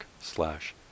slash